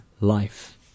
life